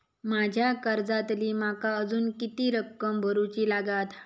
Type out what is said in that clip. माझ्या कर्जातली माका अजून किती रक्कम भरुची लागात?